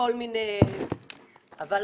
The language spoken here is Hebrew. אני חושב שהדיון כאן,